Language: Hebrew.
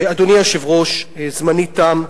אדוני היושב-ראש, זמני תם.